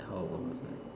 how old was I